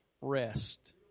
rest